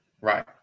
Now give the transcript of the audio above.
right